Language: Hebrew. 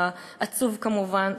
העצוב כמובן,